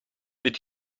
did